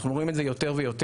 אנחנו רואים את זה יותר ויותר.